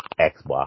Xbox